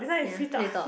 ya free talk